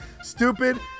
Stupid